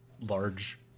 large